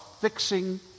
fixing